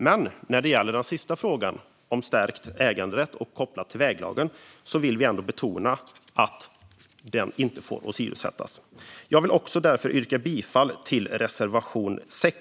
Men när det gäller den sista frågan om stärkt äganderätt kopplad till väglagen vill vi ändå betona att äganderätten inte får åsidosättas. Jag yrkar bifall till reservation 6.